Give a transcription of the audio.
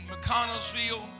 McConnellsville